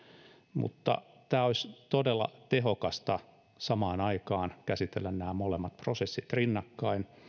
mutta olisi todella tehokasta samaan aikaan käsitellä nämä molemmat prosessit rinnakkain